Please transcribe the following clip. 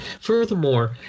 furthermore